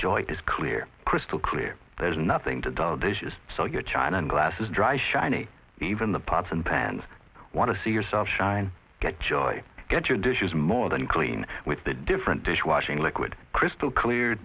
joy is clear crystal clear there's nothing to dull this is so your china glasses dry shiny even the pots and pans want to see yourself shine get joy get your dishes more than clean with the different dishwashing liquid crystal clear